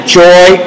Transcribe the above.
joy